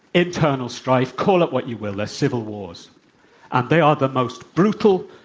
internal strife, call it what you will ah civil wars. and they are the most brutal,